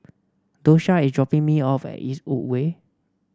Doshia is dropping me off at Eastwood Way